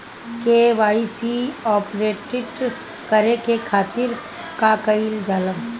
KYC update करे के खातिर का कइल जाइ?